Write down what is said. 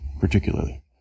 particularly